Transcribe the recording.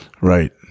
Right